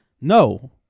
no